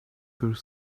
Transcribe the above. through